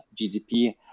GDP